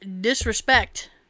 disrespect